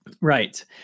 Right